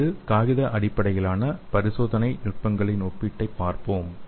வெவ்வேறு காகித அடிப்படையிலான பரிசோதனை நுட்பங்களின் ஒப்பீட்டைப் பார்ப்போம்